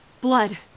Blood